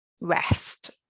rest